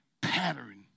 pattern